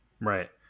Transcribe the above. Right